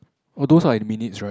all those are in minutes right